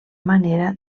manera